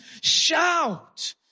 shout